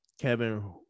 Kevin